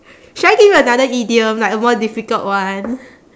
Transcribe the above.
should I give you another idiom like a more difficult one